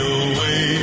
away